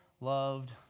loved